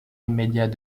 immédiat